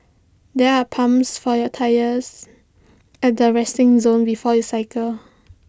there are pumps for your tyres at the resting zone before you cycle